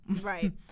Right